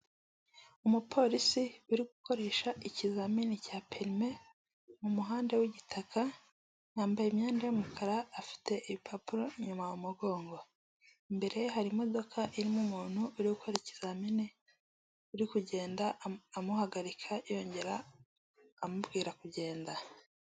Umupolisi uri gukoresha ikizamini cya perime mumuhanda wi'gitaka yambaye imyenda yumukara afite ibipapuro inyuma mu mugongo mbere hari imodoka irimo umuntu uri gukora ikizamini uri kugenda amuhagarika yongera amubwira kugenda.